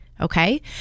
okay